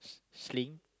sling